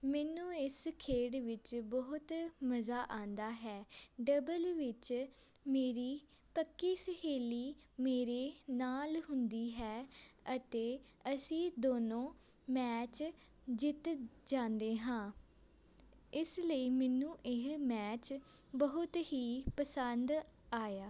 ਮੈਨੂੰ ਇਸ ਖੇਡ ਵਿੱਚ ਬਹੁਤ ਮਜ਼ਾ ਆਉਂਦਾ ਹੈ ਡਬਲ ਵਿੱਚ ਮੇਰੀ ਪੱਕੀ ਸਹੇਲੀ ਮੇਰੇ ਨਾਲ ਹੁੰਦੀ ਹੈ ਅਤੇ ਅਸੀਂ ਦੋਨੋਂ ਮੈਚ ਜਿੱਤ ਜਾਂਦੇ ਹਾਂ ਇਸ ਲਈ ਮੈਨੂੰ ਇਹ ਮੈਚ ਬਹੁਤ ਹੀ ਪਸੰਦ ਆਇਆ